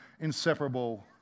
inseparable